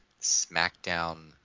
SmackDown